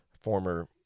former